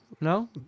No